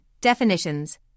Definitions